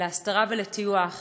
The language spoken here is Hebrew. ולהסתרה ולטיוח